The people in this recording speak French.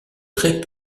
très